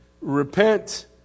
Repent